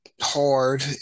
hard